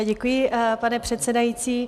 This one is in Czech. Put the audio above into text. Děkuji, pane předsedající.